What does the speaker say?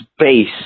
space